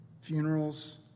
Funerals